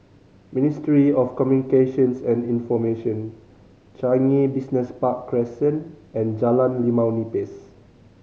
Ministry of Communications and Information Changi Business Park Crescent and Jalan Limau Nipis